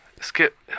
Skip